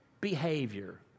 behavior